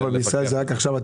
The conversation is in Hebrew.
בישראל זה רק עכשיו?